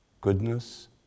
goodness